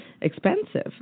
expensive